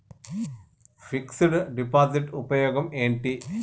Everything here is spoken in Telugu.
ఫిక్స్ డ్ డిపాజిట్ ఉపయోగం ఏంటి?